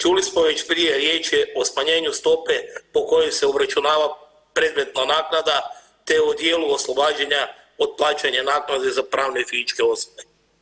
Čuli smo već prije riječ je o smanjenju stope po kojom se obračunava predmetna naknada te o dijelu oslobađanja od plaćanja naknade za pravne i fizičke osobe.